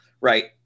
right